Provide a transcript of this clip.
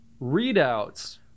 readouts